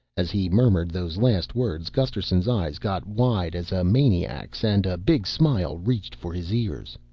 as he murmured those last words gusterson's eyes got wide as a maniac's and a big smile reached for his ears.